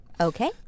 Okay